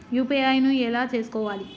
UPI ను ఎలా చేస్కోవాలి?